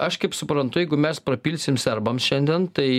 aš kaip suprantu jeigu mes prapilsim serbams šiandien tai